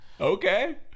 Okay